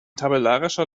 tabellarischer